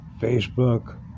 Facebook